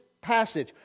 passage